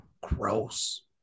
gross